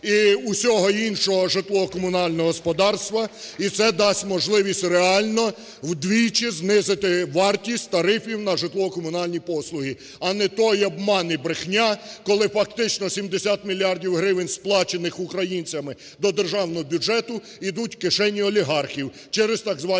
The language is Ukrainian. і всього іншого житлово-комунального господарства, і це дасть можливість реально вдвічі знизити вартість тарифів на житлово-комунальні послуги. А не той обман і брехня, коли фактично 70 мільярдів гривень, сплачених українцями до державного бюджету, йдуть в кишені олігархів, через так звані